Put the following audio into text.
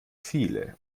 viele